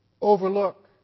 overlook